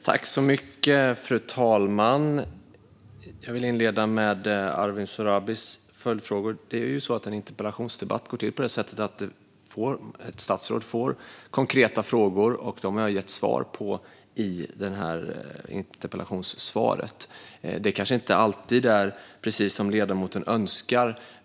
Fru talman! Jag vill inleda med Arwin Sohrabis följdfrågor. En interpellationsdebatt går till på ett sådant sätt att ett statsråd får konkreta frågor, och jag har gett svar på dessa frågor i interpellationssvaret. Det är kanske inte alltid precis som ledamoten önskar.